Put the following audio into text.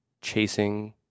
chasing